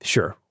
Sure